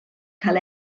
cael